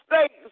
states